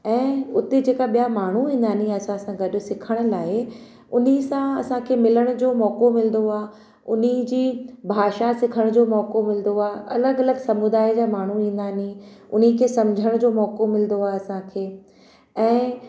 ऐं उते जेका ॿियां माण्हू ईंदा आहिनि या असां सां गॾु सिखण लाइ उन ई सां असांखे मिलण जो मौक़ो मिलंदो आहे उन ई जी भाषा सिखण जो मौक़ो मिलंदो आहे अलॻि अलॻि समुदाय जा माण्हू ईंदा आहिनि उन्हनि खे सम्झण जो मौक़ो मिलंदो आहे असांखे ऐं